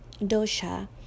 Dosha